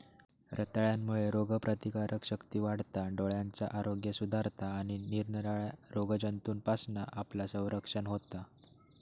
रताळ्यांमुळे रोगप्रतिकारशक्ती वाढता, डोळ्यांचा आरोग्य सुधारता आणि निरनिराळ्या रोगजंतूंपासना आपला संरक्षण होता